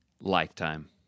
lifetime